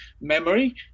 memory